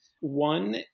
One